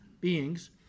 beings